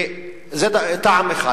זה טעם אחד.